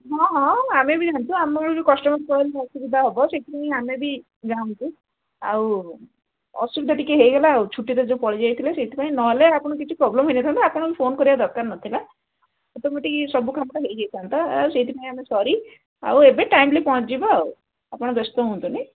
ହଁ ହଁ ଆମେ ବି ଯାଣୁଛୁ ଆମର ଯେଉଁ କଷ୍ଟମର କାହାର ଅସୁବିଧା ହେବ ସେଇଥିପାଇଁ ଆମେ ବି ଯାଣୁଛୁ ଆଉ ଅସୁବିଧା ଟିକେ ହୋଇଗଲା ଆଉ ଛୁଟିରେ ଯୋଉ ପଳେଇ ଯାଇଥିଲେ ସେଥିପାଇଁ ନହେଲେ ଆପଣ କିଛି ପ୍ରୋବ୍ଲେମ୍ ହୋଇନଥାନ୍ତା ଆପଣଙ୍କୁ ଫୋନ କରିବା ଦରକାର ନଥିଲା ଅଟୋମେଟିକ ସବୁ କାମଟା ହୋଇଯାଇଥାନ୍ତା ଆଉ ସେଇଥିପାଇଁ ଆମେ ସରି ଆଉ ଏବେ ଟାଇମଲି ପହଞ୍ଚଯିବ ଆଉ ଆପଣ ବ୍ୟସ୍ତ ହୁଅନ୍ତୁନି